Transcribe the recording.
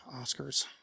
Oscars